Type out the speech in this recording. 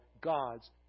God's